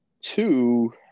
two